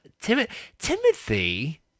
Timothy